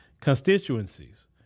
constituencies